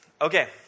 Okay